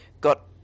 got